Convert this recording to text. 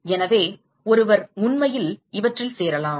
எனவே ஒருவர் உண்மையில் இவற்றில் சேரலாம்